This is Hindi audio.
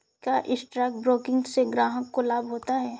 क्या स्टॉक ब्रोकिंग से ग्राहक को लाभ होता है?